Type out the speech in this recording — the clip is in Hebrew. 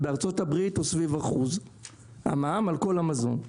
בארה"ב הוא סביב 1% המע"מ על כל המזון.